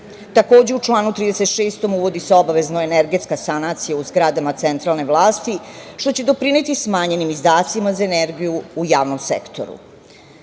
mestu. Takođe, u članu 36. uvodi se obavezno energetska sanacija u zgradama centralne vlasti, što će doprineti smanjenim izdacima za energiju u javnom sektoru. Prema